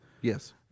Yes